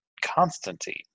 Constantine